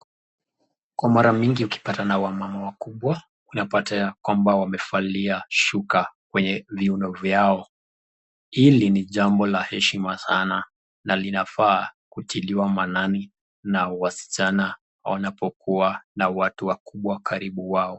Kwa mara mingi ukipatana na wamama wakubwa unapata ya kwamba wamevalia shuka kwenye viuno vyao. Hili ni jambo la heshima sana na linafaa kutiliwa maanani na wasichana wanapokuwa na watu wakubwa karibu wao.